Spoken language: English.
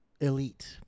elite